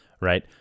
right